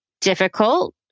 difficult